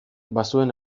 bazuen